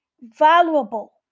valuable